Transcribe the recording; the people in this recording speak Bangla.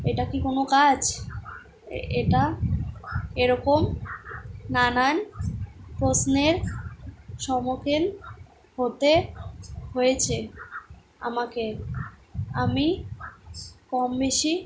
এটা কি কোনো কাজ এটা এরকম নানান প্রশ্নের সম্মুখীন হতে হয়েছে আমাকে আমি কম বেশি